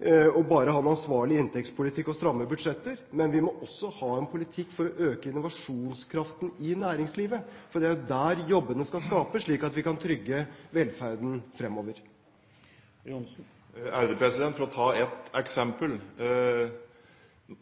bare å ha en ansvarlig inntektspolitikk og stramme budsjetter, men vi må også ha en politikk for å øke innovasjonskraften i næringslivet. For det er der jobbene skal skapes, slik at vi kan trygge velferden fremover. For å ta et eksempel: